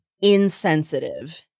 insensitive